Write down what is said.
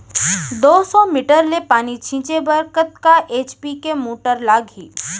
दो सौ मीटर ले पानी छिंचे बर कतका एच.पी के मोटर लागही?